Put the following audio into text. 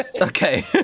Okay